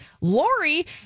Lori